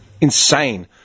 insane